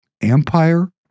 Empire